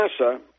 NASA